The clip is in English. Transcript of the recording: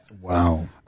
Wow